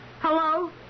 Hello